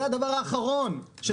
זה הדבר האחרון שצריך לעשות.